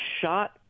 shot